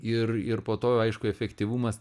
ir ir po to aišku efektyvumas